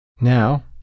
Now